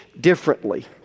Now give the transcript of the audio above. differently